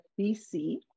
BC